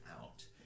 out